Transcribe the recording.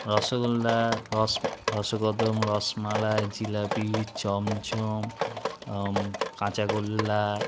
রসগোল্লা রস রসকদম রসমালাই জিলাপি চমচম কাঁচাগোল্লা